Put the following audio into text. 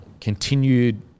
continued